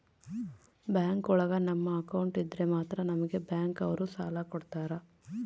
bank ಒಳಗ ನಮ್ account ಇದ್ರೆ ಮಾತ್ರ ನಮ್ಗೆ ಬ್ಯಾಂಕ್ ಅವ್ರು ಸಾಲ ಕೊಡ್ತಾರ